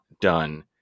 done